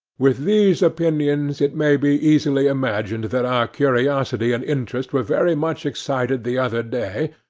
with these opinions it may be easily imagined that our curiosity and interest were very much excited the other day,